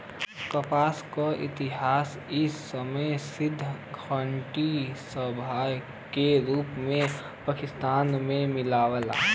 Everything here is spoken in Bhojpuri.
कपास क इतिहास इ समय सिंधु घाटी सभ्यता के रूप में पाकिस्तान में मिलेला